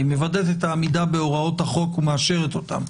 היא מוודאת את העמידה בהוראות החוק ומאשרת אותן.